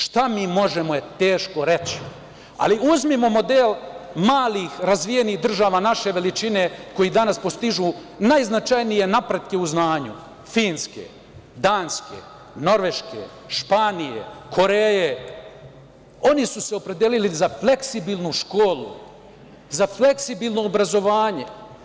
Šta mi možemo je teško reći, ali uzmimo model malih razvijenih država naše veličine, koji danas postižu najznačajnije napretke u znanju – Finske, Danske, Norveške, Španije, Koreje, oni su se opredelili za fleksibilnu školu, za fleksibilno obrazovanje.